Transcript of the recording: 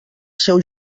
seu